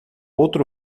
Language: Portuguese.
outro